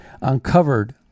uncovered